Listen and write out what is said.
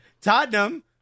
Tottenham